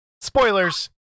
spoilers